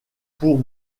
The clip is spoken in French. pour